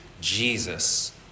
Jesus